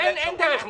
אין דרך נוספת.